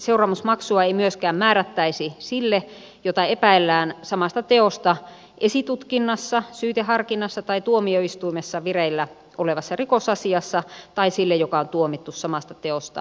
seuraamusmaksua ei myöskään määrättäisi sille jota epäillään samasta teosta esitutkinnassa syyteharkinnassa tai tuomioistuimessa vireillä olevassa rikosasiassa tai sille joka on tuomittu samasta teosta lainvoimaiseen rangaistukseen